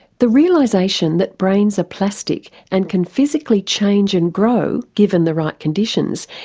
the realisation that brains are plastic and can physically change and grow, given the right conditions,